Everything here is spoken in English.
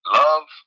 love